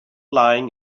lying